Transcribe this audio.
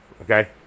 okay